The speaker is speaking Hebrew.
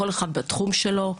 כל אחד בתחום שלו,